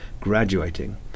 graduating